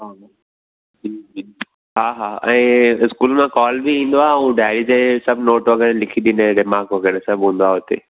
हा जी जी हा हा ऐं स्कूल मां कॉल बि ईंदो आहे ऐं डायरी ते सभु नोट वग़ैरह लिखी ॾींदा आहिनि रिमार्क वग़ैरह सभु हूंदो आहे उते